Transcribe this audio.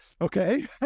okay